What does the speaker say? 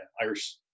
irish